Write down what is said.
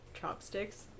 chopsticks